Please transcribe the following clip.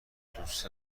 دوست